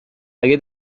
hagué